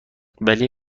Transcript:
ولی